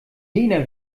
jener